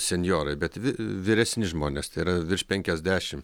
senjorai bet vi vyresni žmonės tai yra virš penkiasdešim